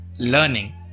learning